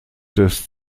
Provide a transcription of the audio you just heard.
des